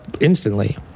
Instantly